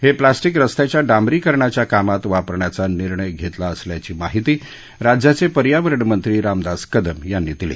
हे प्लास्टिक रस्त्याच्या डांबरीकरणाच्या कामात वापरण्याचा निर्णय घेतला असल्याची माहिती राज्याचे पर्यावरण मंत्री रामदास कदम यांनी दिली